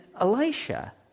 Elisha